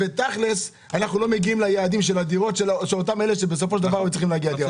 ותכלס אנחנו לא מגיעים ליעדי הדירות שהיינו צריכים להגיע אליהם.